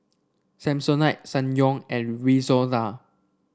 Samsonite Ssangyong and Rexona